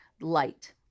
light